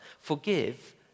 forgive